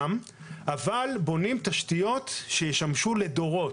אנחנו בונים תשתיות שישמשו לדורות,